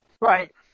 Right